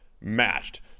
matched